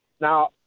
Now